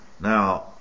Now